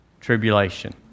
tribulation